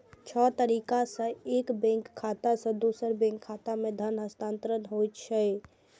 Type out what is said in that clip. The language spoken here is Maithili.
छह तरीका सं एक बैंक खाता सं दोसर बैंक खाता मे धन हस्तांतरण कैल जा सकैए